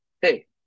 hey